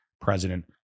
president